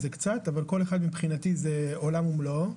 אבל כל אחד מבחינתי זה עולם ומלואו,